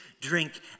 drink